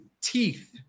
Teeth